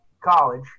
college